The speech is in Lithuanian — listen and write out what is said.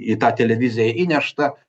į tą televiziją įnešta